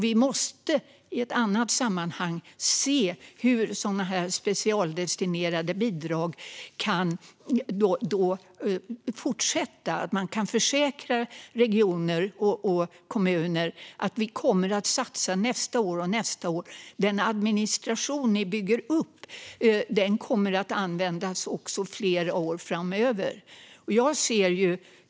Vi måste i ett annat sammanhang se hur sådana specialdestinerade bidrag kan fortsätta. Man kan försäkra regioner och kommuner: Vi kommer att satsa nästa år och nästa år. Den administration ni bygger upp kommer att användas också flera år framöver.